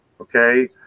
Okay